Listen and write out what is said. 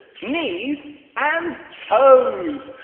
knees and toes.